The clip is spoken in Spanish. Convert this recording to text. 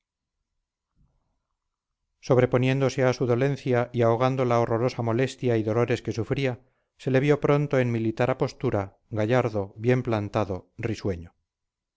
sobreponiéndose a su dolencia y ahogando la horrorosa molestia y dolores que sufría se le vio pronto en militar apostura gallardo bien plantado risueño